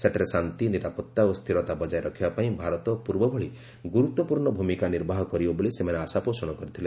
ସେଠାରେ ଶାନ୍ତି ନିରାପତ୍ତା ଓ ସ୍ଥିରତା ବଜାୟ ରଖିବା ପାଇଁ ଭାରତ ପୂର୍ବଭଳି ଗୁରୁତ୍ୱପୂର୍ଣ୍ଣ ଭୂମିକା ନିର୍ବାହ କରିବ ବୋଲି ସେମାନେ ଆଶାପୋଷଣ କରିଥିଲେ